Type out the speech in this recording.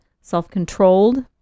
self-controlled